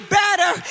better